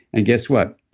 and guess what?